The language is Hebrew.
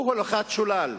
הוא הולכת שולל.